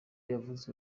yavuze